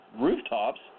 rooftops